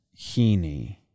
Heaney